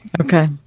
Okay